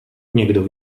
někdo